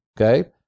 Okay